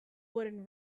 wooden